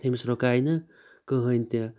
تٔمِس رُکایہِ نہٕ کٕہنٛۍ تہِ